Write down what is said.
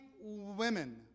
women